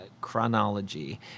chronology